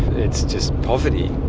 it's just poverty.